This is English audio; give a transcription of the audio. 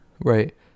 Right